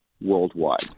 worldwide